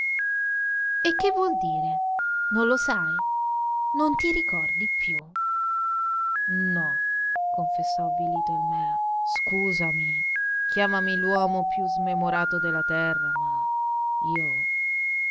e che vuol dire non lo sai non ti ricordi più no confessò avvilito il mear scusami chiamami l'uomo più smemorato della terra ma io